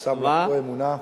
ועשה מלאכתו נאמנה.